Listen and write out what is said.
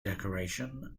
decoration